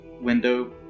window